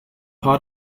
part